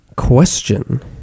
Question